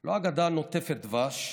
לא אגדה נוטפת דבש,